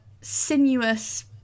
sinuous